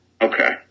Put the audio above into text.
okay